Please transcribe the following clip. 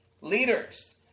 leaders